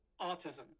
autism